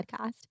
podcast